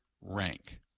rank